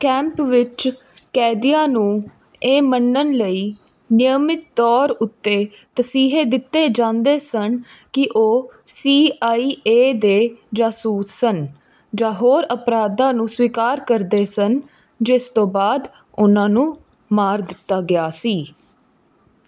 camp ਵਿੱਚ ਕੈਦੀਆਂ ਨੂੰ ਇਹ ਮੰਨਣ ਲਈ ਨਿਯਮਿਤ ਤੌਰ ਉੱਤੇ ਤਸੀਹੇ ਦਿੱਤੇ ਜਾਂਦੇ ਸਨ ਕਿ ਉਹ ਸੀ ਆਈ ਏ ਦੇ ਜਾਸੂਸ ਸਨ ਜਾਂ ਹੋਰ ਅਪਰਾਧਾਂ ਨੂੰ ਸਵੀਕਾਰ ਕਰਦੇ ਸਨ ਜਿਸ ਤੋਂ ਬਾਅਦ ਉਨ੍ਹਾਂ ਨੂੰ ਮਾਰ ਦਿੱਤਾ ਗਿਆ ਸੀ